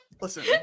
Listen